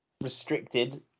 restricted